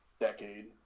decade